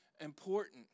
important